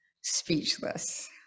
speechless